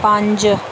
ਪੰਜ